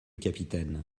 capitaine